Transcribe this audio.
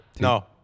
No